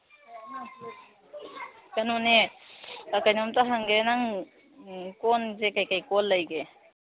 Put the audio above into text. ꯀꯩꯅꯣꯅꯦ ꯀꯩꯅꯣꯝꯇ ꯍꯪꯒꯦ ꯅꯪ ꯀꯣꯟꯁꯦ ꯀꯔꯤ ꯀꯔꯤ ꯀꯣꯟ ꯂꯩꯒꯦ